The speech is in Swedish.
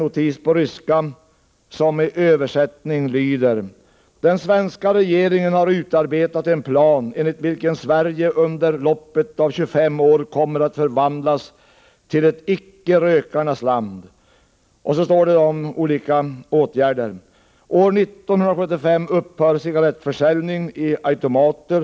Översatt lyder denna notis: Den svenska regeringen har utarbetat en plan enligt vilken Sverige under loppet av 25 år kommer att förvandlas till ett icke-rökarnas land. År 1975 upphör cigarrettförsäljningen i automater.